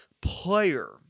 player